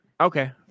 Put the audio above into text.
okay